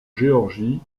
géorgie